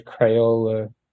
Crayola